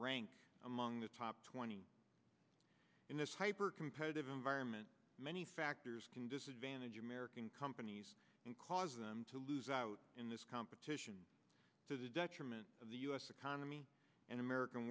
ranked among the top twenty in this hyper competitive environment many factors can disadvantage american companies and cause them to lose out in this competition to the detriment of the u s economy and american